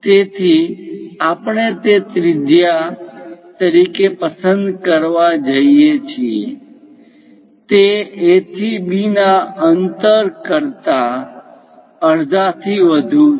તેથી આપણે તે ત્રિજ્યા તરીકે પસંદ કરવા જઈએ છીએ તે A થી B ના અંતર કરતા અડધાથી વધુ છે